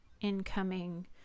incoming